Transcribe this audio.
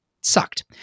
sucked